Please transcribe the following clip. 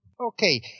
Okay